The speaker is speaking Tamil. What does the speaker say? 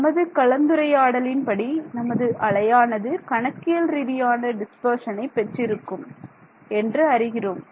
நமது கலந்துரையாடலின் படி நமது அலையானது கணக்கியல் ரீதியான டிஸ்பர்ஷனை பெற்றிருக்கும் என்று அறிகிறோம்